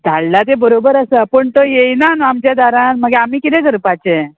धाडला तें बरोबर आसा पूण तो येयना न्हू आमच्या दारान मागीर आमी किदें करपाचें